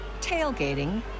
tailgating